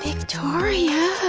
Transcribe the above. victoria.